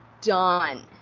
done